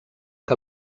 que